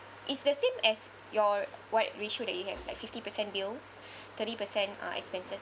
it's the same as your what ratio that you have like fifty percent bills thirty percent uh expenses